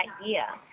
idea